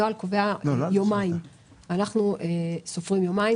הנוהל קובע יומיים ואנחנו סופרים יומיים,